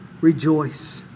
rejoice